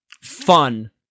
fun